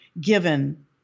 given